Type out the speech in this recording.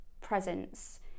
presence